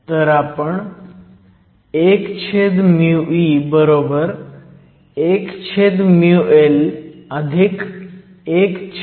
तर आपण 1e 1L1I असं किहू शकतो